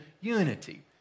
unity